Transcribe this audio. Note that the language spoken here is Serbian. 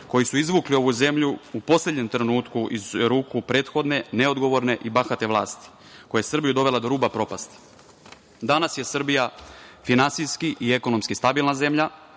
koji su izvukli ovu zemlju, u poslednjem trenutku, iz ruku prethodne, neodgovorne i bahate vlasti koja je Srbiju dovela do ruba propasti. Danas je Srbija finansijski i ekonomski stabilna zemlja,